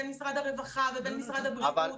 בין משרד הרווחה ובין משרד הבריאות.